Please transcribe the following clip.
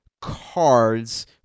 cards